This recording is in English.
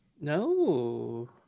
No